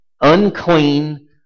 unclean